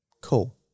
cool